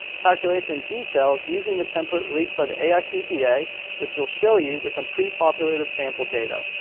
calculation details using the template released by the aicpa, which we'll show you with some prepopulated sample data.